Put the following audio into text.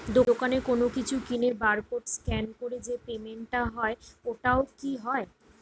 দোকানে কোনো কিছু কিনে বার কোড স্ক্যান করে যে পেমেন্ট টা হয় ওইটাও কি হয়?